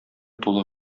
тулы